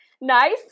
nice